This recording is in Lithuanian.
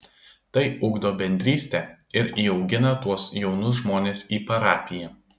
tai ugdo bendrystę ir įaugina tuos jaunus žmones į parapiją